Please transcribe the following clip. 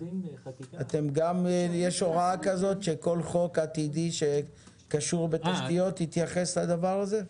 יש הוראה שכל חוק עתידי שקשור בתשתיות יתייחס לדבר הזה?